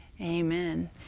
Amen